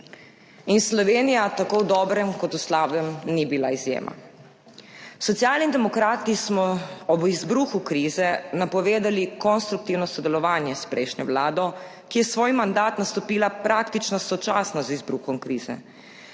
In Slovenija tako v dobrem kot v slabem ni bila izjema. Socialni demokrati smo ob izbruhu krize napovedali konstruktivno sodelovanje s prejšnjo vlado, ki je svoj mandat nastopila praktično sočasno z izbruhom krize.